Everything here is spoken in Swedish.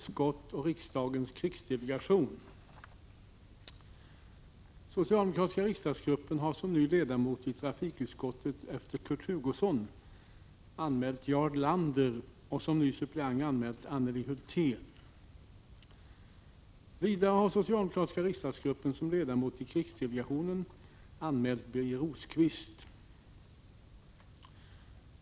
Socialdemokratiska riksdagsgruppen har som ny ledamot i trafikutskottet efter Kurt Hugosson anmält Jarl Lander och som ny suppleant anmält Anneli Hulthén. Vidare har socialdemokratiska riksdagsgruppen som ledamot i krigsdelegationen anmält Birger Rosqvist.